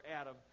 Adam